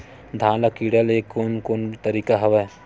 धान ल कीड़ा ले के कोन कोन तरीका हवय?